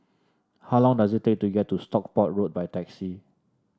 how long does it take to get to Stockport Road by taxi